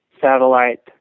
satellite